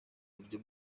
buryo